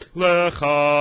lecha